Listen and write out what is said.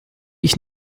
ich